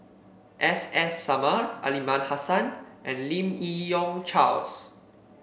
S S Sarma Aliman Hassan and Lim Yi Yong Charles